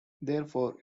therefore